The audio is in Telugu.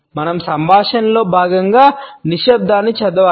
మనం సంభాషణలో భాగంగా నిశ్శబ్దాన్ని చదవాలి